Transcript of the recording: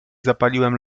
zapaliłem